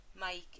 Mike